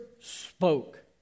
spoke